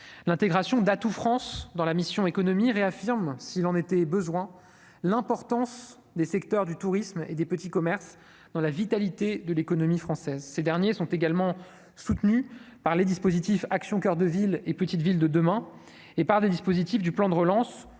l'intégration d'atout France dans la mission Économie réaffirme s'il en était besoin l'importance des secteurs du tourisme et des petits commerces dans la vitalité de l'économie française, ces derniers sont également soutenus par les dispositifs Action coeur de ville et Petites Villes de demain et par des dispositifs du plan de relance